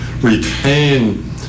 retain